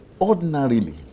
ordinarily